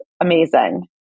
amazing